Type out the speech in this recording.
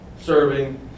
serving